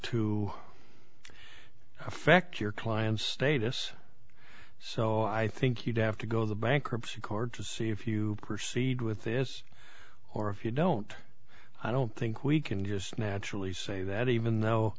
to affect your client's status so i think you'd have to go to the bankruptcy court to see if you proceed with this or if you don't i don't think we can just naturally say that even though